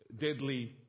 deadly